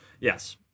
Yes